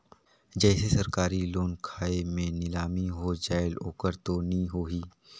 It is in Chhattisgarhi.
जैसे सरकारी लोन खाय मे नीलामी हो जायेल ओकर तो नइ होही?